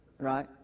right